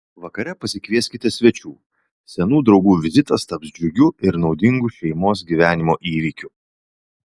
vakare pasikvieskite svečių senų draugų vizitas taps džiugiu ir naudingu šeimos gyvenimo įvykiu